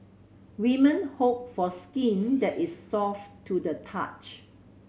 women hope for skin that is soft to the touch